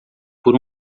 por